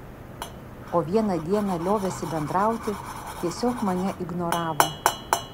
o vieną dieną liovėsi bendrauti tiesiog mane ignoravo